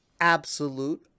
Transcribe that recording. absolute